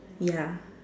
ya